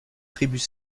tribus